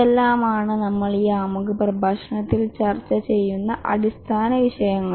ഇതെല്ലാം ആണ് നമ്മൾ ഈ ആമുഖ പ്രഭാഷണത്തിൽ ചർച്ച ചെയ്യുന്ന അടിസ്ഥാന വിഷയങ്ങൾ